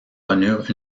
connurent